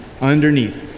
underneath